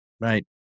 right